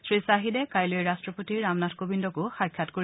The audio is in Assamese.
শ্ৰী ছাহিদে কাইলৈ ৰট্টপতি ৰামনাথ কোবিন্দকো সাক্ষাৎ কৰিব